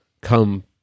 come